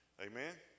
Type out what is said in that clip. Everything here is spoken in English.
Amen